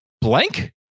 blank